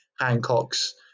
Hancock's